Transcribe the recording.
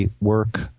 work